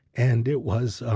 and it was ah